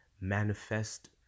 manifest